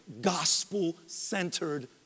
gospel-centered